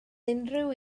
unrhyw